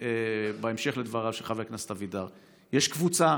בהמשך לדבריו של חבר הכנסת אבידר: יש קבוצה